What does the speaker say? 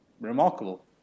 remarkable